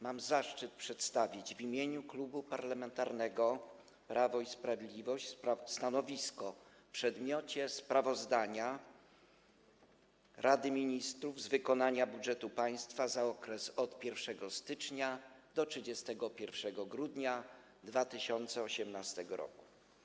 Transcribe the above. Mam zaszczyt przedstawić w imieniu Klubu Parlamentarnego Prawo i Sprawiedliwość stanowisko w przedmiocie sprawozdania Rady Ministrów z wykonania budżetu państwa za okres od 1 stycznia do 31 grudnia 2018 r.